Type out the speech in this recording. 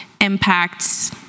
impacts